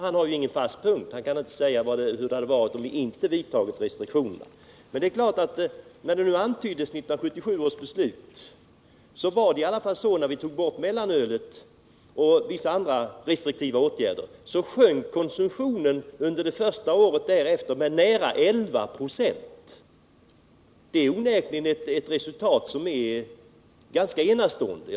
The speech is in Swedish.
Han kan inte säga hur det hade varit om vi inte hade infört restriktionerna. Eftersom 1977 års beslut nämndes, vill jag påpeka att när vi hade tagit bort mellanölet och vidtagit vissa andra restriktiva åtgärder sjönk alkoholkonsumtionen under det första året därefter med nära 11 26. Det är onekligen ett resultat som är ganska enastående.